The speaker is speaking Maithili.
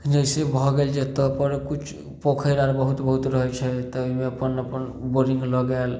जैसे भऽ गेल अपन किछु पोखरि आर बहुत बहुत रहै छै तऽ ओहिमे अपन अपन बोरिंग लऽ गेल